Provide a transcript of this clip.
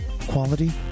Quality